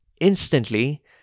instantly